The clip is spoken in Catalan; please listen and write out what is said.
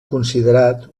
considerat